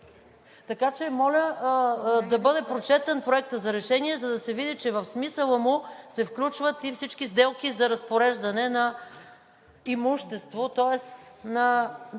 Така че моля да бъде прочетен Проектът за решение, за да се види, че в смисъла му се включват и всички сделки за разпореждане на имущество, тоест на